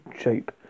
shape